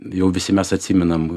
jau visi mes atsimenam